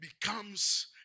becomes